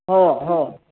हो हो